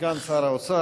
לסגן שר האוצר.